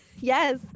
Yes